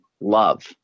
love